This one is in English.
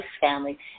family